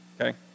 okay